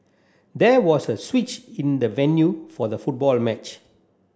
there was a switch in the venue for the football match